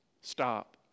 stop